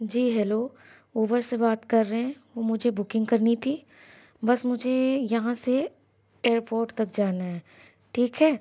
جی hello Uber سے بات کر رہے ہیں مجھے بکنگ کرنی تھی بس مجھے یہاں سے ایئر پورٹ تک جانا ہے ٹھیک ہے